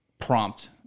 prompt